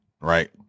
right